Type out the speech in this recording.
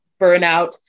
burnout